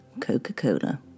Coca-Cola